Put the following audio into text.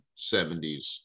70s